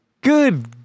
good